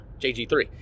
JG3